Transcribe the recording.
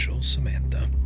Samantha